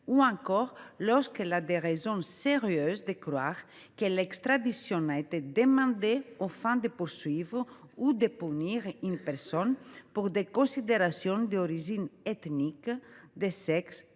ou encore lorsqu’elle a des raisons sérieuses de croire que l’extradition a été demandée aux fins de poursuivre ou de punir une personne pour des considérations d’origine ethnique, de sexe,